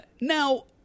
Now